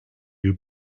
you